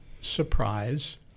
surprise